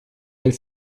del